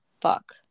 fuck